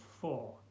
four